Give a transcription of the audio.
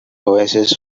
oasis